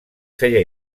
feia